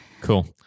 Cool